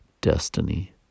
destiny